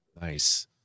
Nice